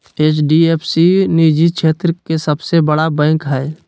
HDF C निजी क्षेत्र के सबसे बड़ा बैंक हय